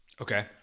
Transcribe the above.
Okay